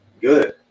good